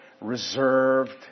reserved